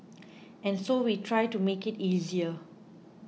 and so we try to make it easier